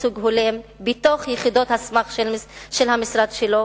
ייצוג הולם בתוך יחידות הסמך של המשרד שלו